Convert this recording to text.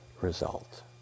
result